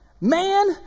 man